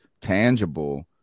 tangible